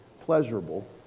pleasurable